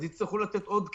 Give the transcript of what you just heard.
אז יצטרכו לתת עוד כסף.